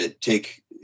take